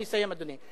אני אסיים, אדוני.